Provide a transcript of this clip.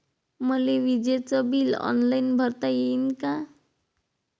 मले विजेच bill online भरता येईन का?